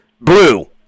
Blue